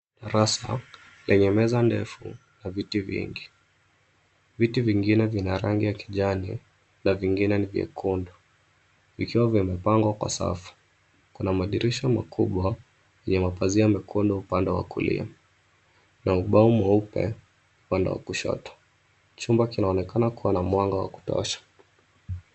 Darasa lenye meza ndefu na viti vingi. Viti vingine vina rangi ya kijani na vingine ni vyekundu vikiwa vimepangwa kwa safu kuna madirisha makubwa yamapazia mekundu upande wa kulia na ubao mweupe upande wa kushoto. Chumba kinaonekana kuwa na mwanga wa kutosha.